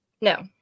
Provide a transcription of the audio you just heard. no